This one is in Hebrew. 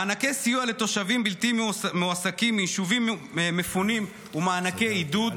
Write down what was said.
מענקי סיוע לתושבים בלתי מועסקים מיישובים מפונים ומענקי עידוד,